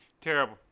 Terrible